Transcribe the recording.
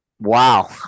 Wow